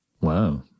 Wow